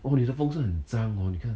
oh 你的风扇很脏 hor 你看